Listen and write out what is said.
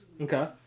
Okay